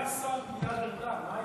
היה השר גלעד ארדן.